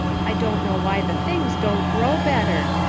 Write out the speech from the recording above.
i don't know why the things don't grow better.